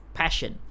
passion